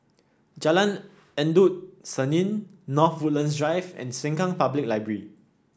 Jalan Endut Senin North Woodlands Drive and Sengkang Public Library